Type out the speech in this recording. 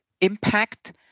impact